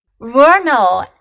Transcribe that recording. Vernal